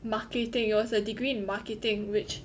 marketing it was a degree in marketing which